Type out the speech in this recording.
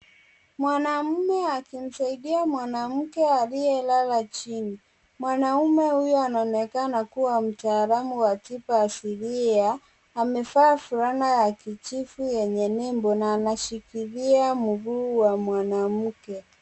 Mwanaume akimsaidia mwanamke aliyelala chini. Mwanaume huyo anaonekana kuwa mtaalamu wa tiba asilia. Amevaa fulana ya kijivu yenye nembo na anashikilia mguu ya mwanamke.